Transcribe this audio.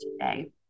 today